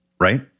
right